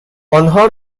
آنها